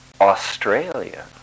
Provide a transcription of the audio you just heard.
Australia